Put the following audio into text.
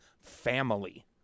family